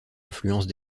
influence